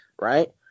right